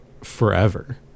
forever